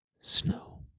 snow